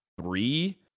three